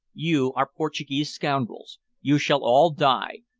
you are portuguese scoundrels. you shall all die.